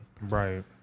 Right